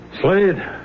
Slade